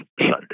Sunday